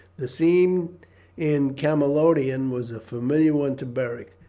the scene in camalodunum was a familiar one to beric.